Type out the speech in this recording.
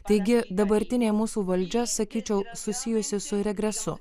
taigi dabartinė mūsų valdžia sakyčiau susijusi su regresu